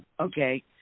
Okay